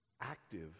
active